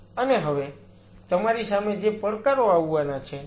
અને હવે તમારી સામે જે પડકારો આવવાના છે